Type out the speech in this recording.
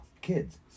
kids